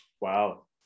Wow